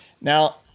Now